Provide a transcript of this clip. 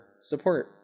support